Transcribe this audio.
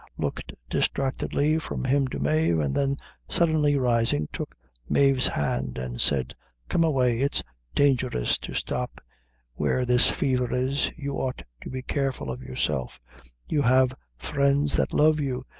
looked distractedly from him to mave, and then suddenly rising, took mave's hand, and said come away it's dangerous to stop where this fever is you ought to be careful of yourself you have friends that loves you,